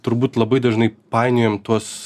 turbūt labai dažnai painiojam tuos